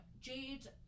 Jade